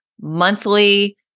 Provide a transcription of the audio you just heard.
monthly